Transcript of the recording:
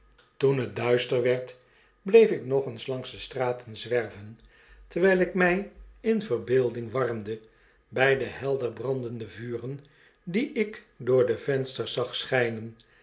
toen het duister werd bleef ik nog langs de straten zwerven terwyi ik my in verbeelding warmde by de helder brandende vuren die ik door de vensters zag schijnen